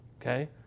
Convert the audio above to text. okay